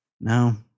No